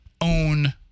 own